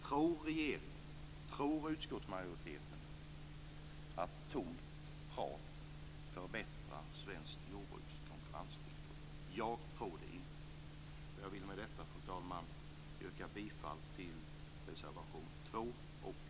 Tror regeringen och utskottsmajoriteten att tomt prat förbättrar det svenska jordbrukets konkurrensvillkor? Jag tror det inte. Fru talman! Med detta vill jag yrka bifall till reservation 2 och reservation 3.